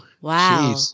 Wow